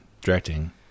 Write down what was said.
Directing